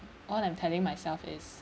all I'm telling myself is